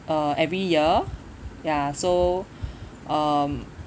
uh every year ya so um